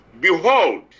behold